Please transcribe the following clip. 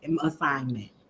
assignment